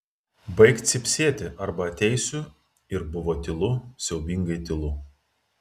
baik cypsėti arba ateisiu ir buvo tylu siaubingai tylu